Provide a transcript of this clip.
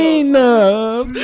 enough